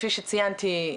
כפי שציינתי,